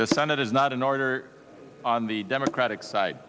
the senate is not in order on the democratic side